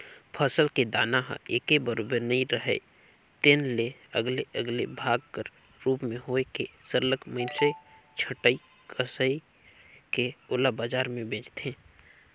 फसल के दाना ह एके बरोबर नइ राहय तेन ले अलगे अलगे भाग कर रूप में होए के सरलग मइनसे छंटई कइर के ओला बजार में बेंचथें